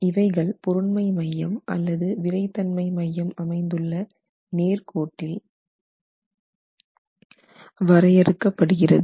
இவைகள் பொருண்மை மையம் அல்லது விறைத்தன்மை மையம் அமைந்துள்ள நேர் கோட்டில் வரையறுக்க படுகிறது